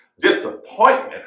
Disappointment